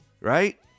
Right